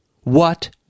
What